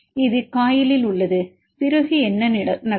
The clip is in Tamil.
இது காயிலில் உள்ளது பிறகு என்ன நடக்கும்